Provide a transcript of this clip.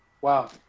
Wow